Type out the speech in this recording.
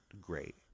great